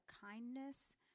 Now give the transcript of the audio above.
kindness